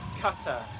Cutter